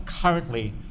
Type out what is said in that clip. currently